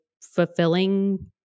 fulfilling